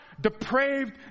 depraved